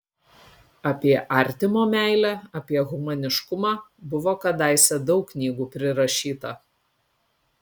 apie artimo meilę apie humaniškumą buvo kadaise daug knygų prirašyta